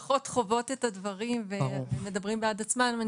המשפחות חוות את הדברים והם מדברים בעד עצמם,